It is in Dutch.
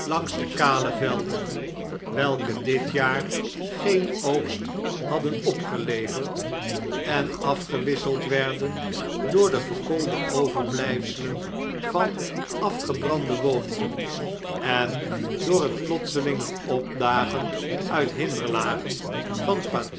langs de kale velden welke dit jaar geen oogst hadden opgeleverd en afgewisseld werden door de verkoolde overblgfselen van afgebrande woningen en door het plotselinge opdagen uit hinderlagen vanpatrouilles van